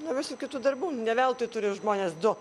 nuo visų kitų darbų nu ne veltui turi žmonės du